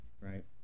right